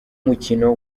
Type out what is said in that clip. mukino